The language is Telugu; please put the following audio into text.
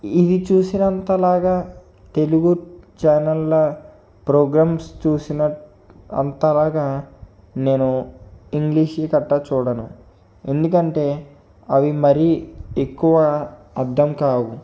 ఇవి చూసినంతలా తెలుగు ఛానెళ్ళ ప్రోగ్రామ్స్ చూసిన అంతలా నేను ఇంగ్లీషు గట్ట చూడను ఎందుకంటే అవి మరి ఎక్కువ అర్థం కావు